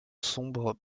sombres